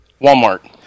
Walmart